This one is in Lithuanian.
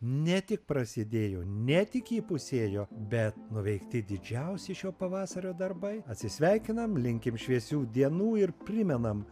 ne tik prasidėjo ne tik įpusėjo bet nuveikti didžiausi šio pavasario darbai atsisveikinam linkim šviesių dienų ir primenam